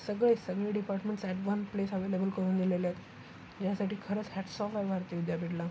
सगळे सगळे departments at one place available करून दिलेले आहेत ज्यासाठी खरंच हॅट्सऑफ आहे भारती विद्यापीठाला